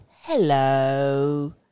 hello